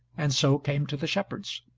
and so came to the shepherds.